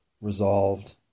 resolved